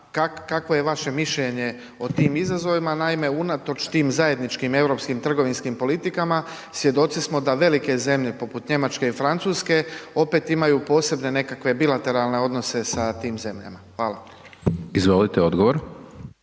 kakvi je vaše mišljenje o tim izazovima, naime unatoč tim zajedničkih europskim trgovinskim politikama, svjedoci smo da velike zemlje poput Njemačke i Francuske opet imaju posebne nekakve bilateralne odnose sa tim zemljama. Hvala. **Hajdaš